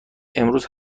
امروز